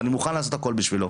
ואני מוכן לעשות הכול בשבילו,